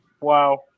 wow